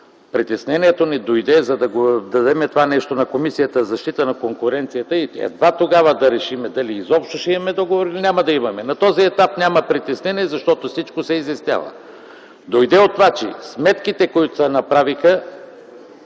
Притеснението ни дойде, за да дадем това нещо на Комисията за защита на конкуренцията, и едва тогава да решим дали изобщо ще имаме договор или няма да имаме. На този етап няма притеснение, защото всичко се изяснява. Дойде от това, че сметките, които се направиха,